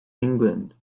england